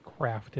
crafted